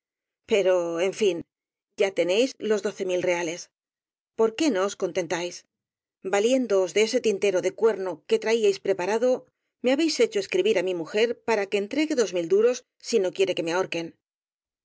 pero en fin ya tenéis los reales por qué no os contentáis valiéndoos de ese tin tero de cuerno que traíais preparado me habéis hecho escribir á mi mujer para que entregue duros si no quiere que me ahorquen